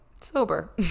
sober